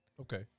Okay